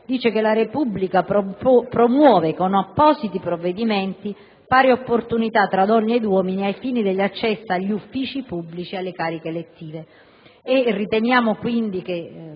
che «la Repubblica promuove con appositi provvedimenti le pari opportunità tra donne e uomini» ai fini dell'accesso agli uffici pubblici e alle cariche elettive. Riteniamo che